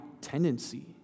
tendency